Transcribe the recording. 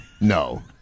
no